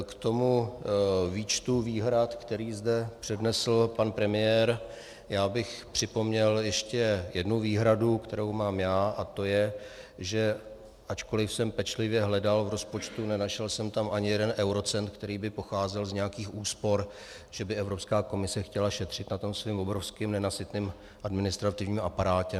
K tomu výčtu výhrad, který zde přednesl pan premiér, bych připomněl ještě jednu výhradu, kterou mám já, a to je, že ačkoliv jsem pečlivě hledal v rozpočtu, nenašel jsem tam ani jeden eurocent, který by pocházel z nějakých úspor, že by Evropská komise chtěla šetřit na tom svém obrovském nenasytném administrativním aparátě.